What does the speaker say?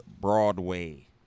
Broadway